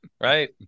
Right